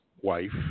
wife